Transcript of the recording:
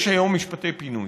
יש היום משפטי פינוי.